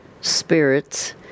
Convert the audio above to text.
spirits